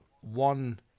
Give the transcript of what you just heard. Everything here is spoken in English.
one